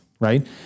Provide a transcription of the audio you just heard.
Right